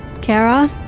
Kara